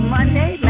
Monday